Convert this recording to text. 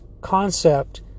concept